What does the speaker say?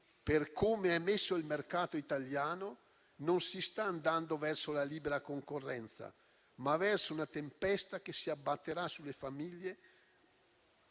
per come è messo il mercato italiano, si sta andando non verso la libera concorrenza ma verso una tempesta che si abbatterà sulle famiglie.